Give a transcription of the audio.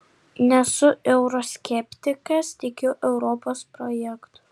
nesu euroskeptikas tikiu europos projektu